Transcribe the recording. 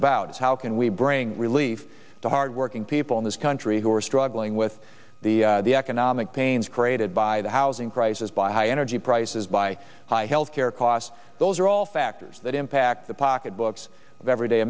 about is how can we bring relief to hardworking people in this country who are struggling with the economic pains created by the housing crisis by high energy prices by high health care costs those are all factors that impact the pocketbooks of everyday